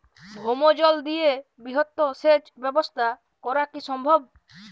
ভৌমজল দিয়ে বৃহৎ সেচ ব্যবস্থা করা কি সম্ভব?